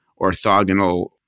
orthogonal